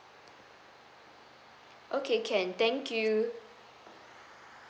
okay can thank you